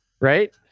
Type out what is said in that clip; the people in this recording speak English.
Right